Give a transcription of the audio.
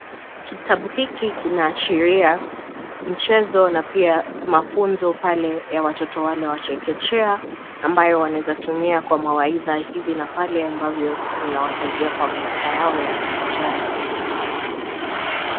Kitabu hiki kinaashiria mchezo na pia mafunzo pale ya watoto wale wa chekechea ambayo wanaweza tumia kwa mawaidha hivi na pale ambavyo inawasaidia kwa miaka yao ya ijayo.